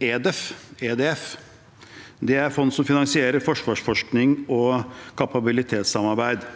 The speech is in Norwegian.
EDF, som er fond som finansierer forsvarsforskning og kapabilitetssamarbeid,